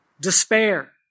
Despair